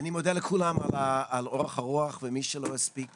אני מודה לכולם על אורך הרוח, ואת